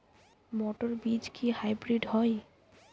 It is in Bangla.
মটর বীজ কি হাইব্রিড হয়?